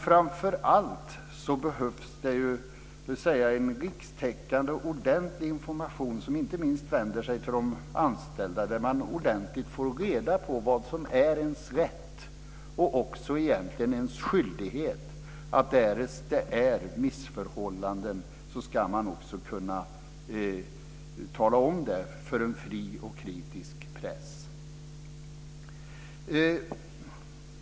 Framför allt behövs det en rikstäckande, ordentlig information som inte minst vänder sig till de anställda, där man ordentligt får reda på vad som är ens rätt - och också egentligen ens skyldighet: Därest det är missförhållanden ska man också kunna tala om det för en fri och kritisk press.